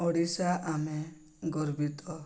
ଓଡ଼ିଶା ଆମେ ଗର୍ବିତ